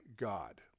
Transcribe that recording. God